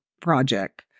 project